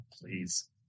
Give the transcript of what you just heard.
please